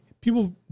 People